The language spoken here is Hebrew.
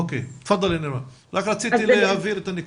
אוקיי, רק רציתי להבהיר את הנקודה.